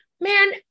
man